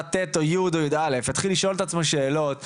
ט' או י' או יא' יתחיל לשאול את עצמו שאלות.